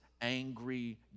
angry